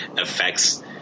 affects